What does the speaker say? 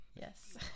yes